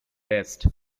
best